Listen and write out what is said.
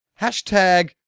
Hashtag